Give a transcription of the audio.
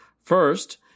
First